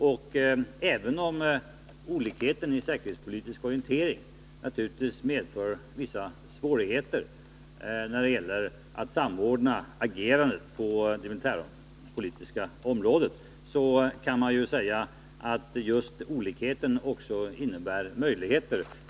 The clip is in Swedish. Och även om olikheten i säkerhetspolitisk orientering naturligtvis medför vissa svårigheter när det gäller att samordna agerandet på det militärpolitiska området, så kan man säga att just olikheten också innebär möjligheter.